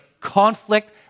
conflict